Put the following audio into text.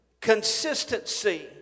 Consistency